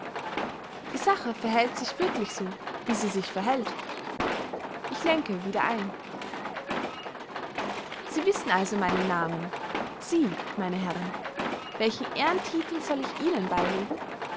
die sache verhält sich wirklich so wie sie sich verhält ich lenke wieder ein sie wissen also meinen namen sie meine herren welchen ehrentittel soll ich ihnen beylegen